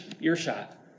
earshot